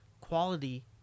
quality